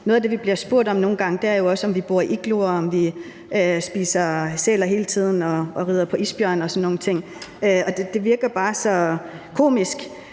Noget af det, vi nogle gange bliver spurgt om, er jo også, om vi bor i igloer, og om vi spiser sæler hele tiden og rider på isbjørne og sådan nogle ting. Det virker bare så komisk,